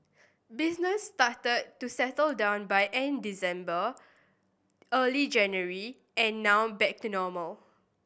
business started to settle down by end December early January and now back to normal